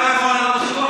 אני לא יכול להשוות,